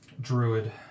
druid